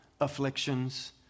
afflictions